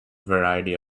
variety